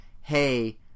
hey